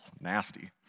nasty